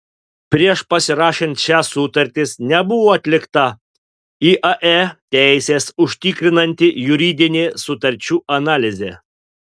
prieš pasirašant šias sutartis nebuvo atlikta iae teises užtikrinanti juridinė sutarčių analizė